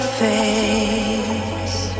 face